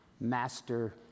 Master